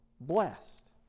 blessed